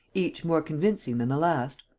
each more convincing than the last?